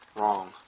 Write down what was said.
wrong